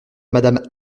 madame